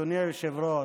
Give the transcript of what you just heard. אדוני היושב-ראש,